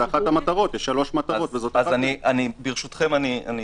יש שלוש מטרות, וזו אחת מהן.